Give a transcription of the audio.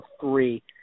three